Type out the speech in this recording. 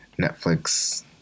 netflix